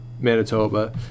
Manitoba